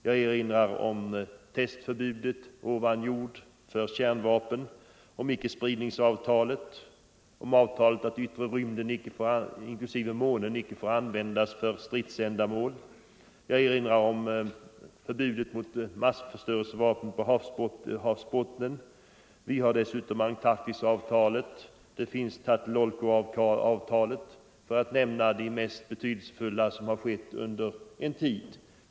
Jag erinrar om förbudet mot testning ovan jord av kärnvapen, na om icke-spridningsavtalet och om avtalet att yttre rymden inklusive månen icke får användas för stridsändamål. Jag erinrar vidare om förbudet mot massförstörelsevapen på havsbottnen. Vi har dessutom Antarktisavtalet och Tlatelolcoavtalet för att nämna det mest betydelsefulla som skett under denna tid.